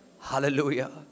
Hallelujah